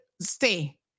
stay